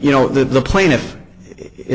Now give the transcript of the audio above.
you know that the plaintiff i